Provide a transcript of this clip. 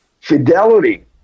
fidelity